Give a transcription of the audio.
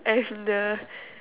I'm the